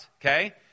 okay